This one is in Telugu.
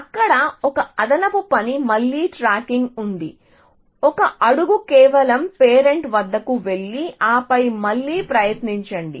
అక్కడ ఒక అదనపు పని మళ్లీ ట్రాకింగ్ ఉంది ఒక అడుగు కేవలం పేరెంట్ వద్దకు వెళ్లి ఆపై మళ్లీ ప్రయత్నించండి